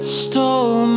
stole